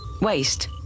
Waste